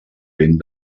vent